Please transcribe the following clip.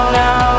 now